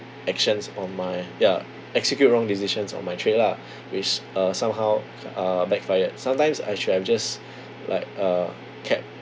actions on my ya execute wrong decisions on my trade lah which uh somehow uh backfired sometimes I should have just like uh kept